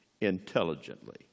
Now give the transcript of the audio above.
intelligently